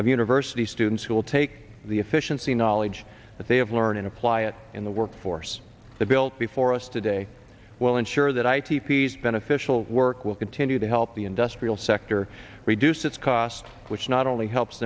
of university students who will take the efficiency knowledge that they have learn and apply it in the workforce that built before us today will ensure that i p p s beneficial work will continue to help the industrial sector reduce its cost which not only helps